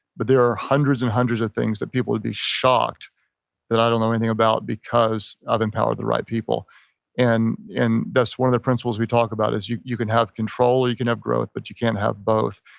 but there are hundreds and hundreds of things that people would be shocked that i don't know anything about because i've empowered the right people and that's one of the principles we talk about is you you can have control or you can have growth, but you can't have both.